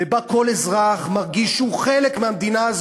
שכל אזרח בה מרגיש שהוא חלק מהמדינה,